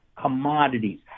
commodities